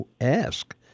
ask